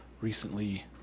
recently